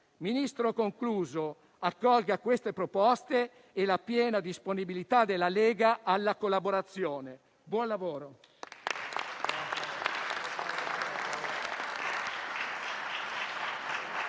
Ministro, accolga queste proposte e la piena disponibilità della Lega alla collaborazione. Buon lavoro!